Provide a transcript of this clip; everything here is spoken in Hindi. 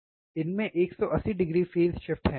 इनमें 180o फेज़ शिफ्ट हैं